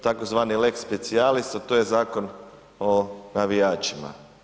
Tzv. lex specialis, a to je Zakon o navijačima.